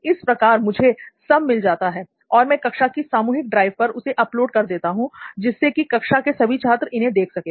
इस प्रकार मुझे सब मिल जाता है और मैं कक्षा की सामूहिक ड्राइव पर इसे अपलोड कर देता हूं जिससे कि कक्षा के सभी छात्र इन्हें देख सकें